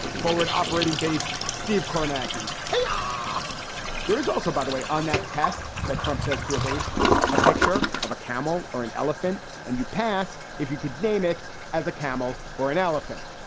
forward operating base? steve kornacki. hey, um ah there is also, by the way, on that test that trump says to have aced a picture of a camel or an elephant and you pass, if you could name it as a camel or an elephant.